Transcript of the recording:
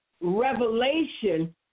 revelation